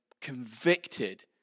convicted